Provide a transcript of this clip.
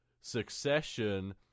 succession